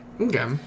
Okay